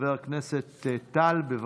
חבר הכנסת טל, בבקשה.